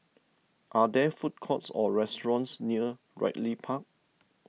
are there food courts or restaurants near Ridley Park